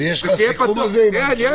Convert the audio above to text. יש לך סיכום על זה עם הממשלה?